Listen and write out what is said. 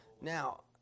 now